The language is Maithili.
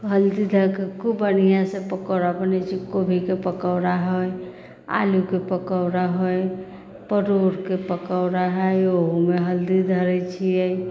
हल्दी धऽ कऽ खूब बढ़िआँ से पकोड़ा बनैत छै कोबीके पकौड़ा हइ आलूके पकौड़ा हई परोरके पकौड़ा हइ ओहुमे हल्दी धरैत छियै